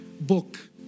book